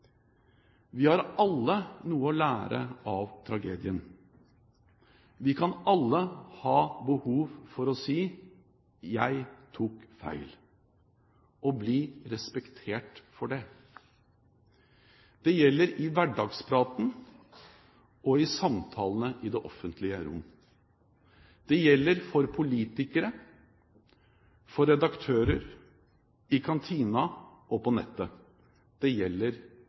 Vi har alle noe å lære av tragedien. Vi kan alle ha behov for å si: «Jeg tok feil» – og bli respektert for det. Det gjelder i hverdagspraten og i samtalene i det offentlige rom. Det gjelder for politikere, for redaktører, i kantina og på nettet. Det gjelder